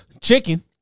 Chicken